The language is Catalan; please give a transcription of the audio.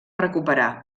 recuperar